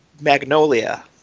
Magnolia